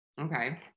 okay